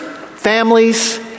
families